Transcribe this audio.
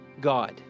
God